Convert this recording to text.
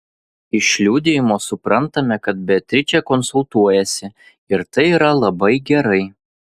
iš liudijimo suprantame kad beatričė konsultuojasi ir tai yra labai gerai